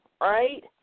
right